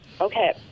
Okay